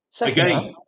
again